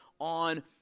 on